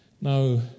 Now